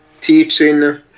teaching